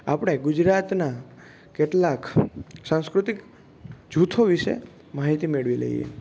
આપણે ગુજરાતનાં કેટલાંક સાંસ્કૃતિક જૂથો વિષે માહિતી મેળવી લઈએ